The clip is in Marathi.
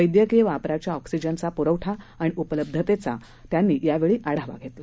वैद्यकीय वापराच्या ऑक्सिजनचा प्रवठा आणि उपलब्धतेचा ते यावेळी आढावा घेतला